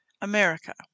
America